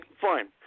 fine